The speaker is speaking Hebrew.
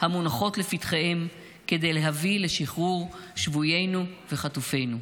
המונחות לפתחיהם כדי להביא לשחרור שבוינו וחטופינו.